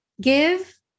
give